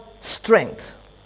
strength